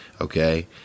okay